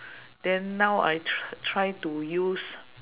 then now I tr~ try to use